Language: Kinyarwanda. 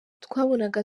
twabonaga